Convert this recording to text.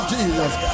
Jesus